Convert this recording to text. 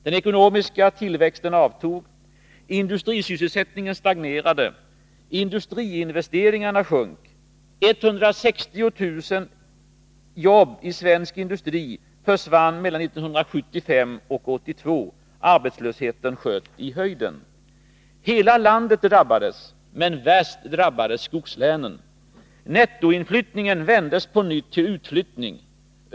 Den ekonomiska tillväxten avtog, industrisysselsättningen stagnerade, industriinvesteringarna sjönk. 160 000 jobb i svensk industri försvann mellan 1975 och 1982. Arbetslösheten sköt i höjden. Hela landet drabbades, men värst drabbades skogslänen. Nettoinflyttningen vändes på nytt till utflyttning.